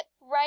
right